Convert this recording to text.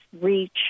reach